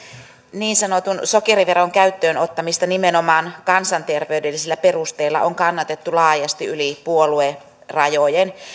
niin sanotun sokeriveron käyttöön ottamista nimenomaan kansanterveydellisillä perusteilla on kannatettu laajasti yli puoluerajojen